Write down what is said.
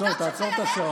תעצור, תעצור את השעון.